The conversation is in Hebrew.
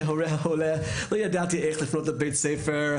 כהורה עולה אני לא ידעתי איך לפנות לבית הספר.